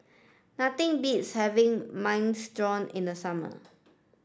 nothing beats having Minestrone in the summer